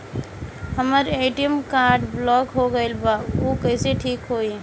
हमर ATM card block हो गईल बा ऊ कईसे ठिक होई?